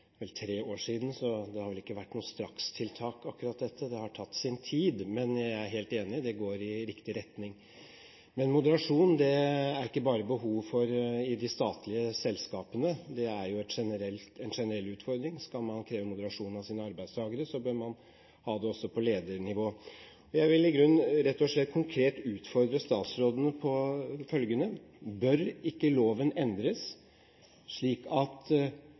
har tatt sin tid. Men jeg er helt enig, det går i riktig retning. Moderasjon er det ikke bare behov for i de statlige selskapene, det er en generell utfordring. Skal man kreve moderasjon av sine arbeidstakere, bør man ha det også på ledernivå. Jeg vil i grunnen rett og slett konkret utfordre statsråden på følgende: Bør ikke loven endres, slik at